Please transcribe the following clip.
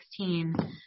2016